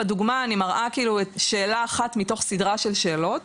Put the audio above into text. בדוגמה אני מראה שאלה אחת מתוך סדרה של שאלות,